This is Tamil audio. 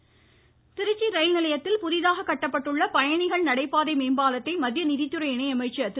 ஆர் திருச்சி ரயில் நிலையத்தில் புதிதாக கட்டப்பட்டுள்ள பயணிகள் நடைபாதை மேம்பாலத்தை மத்திய நிதித்துறை இணை அமைச்சர் திரு